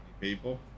people